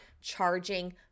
charging